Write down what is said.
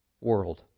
world